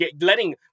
Letting